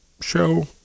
show